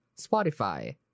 Spotify